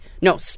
no